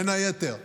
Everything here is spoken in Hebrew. בין היתר בארנונה,